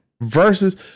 versus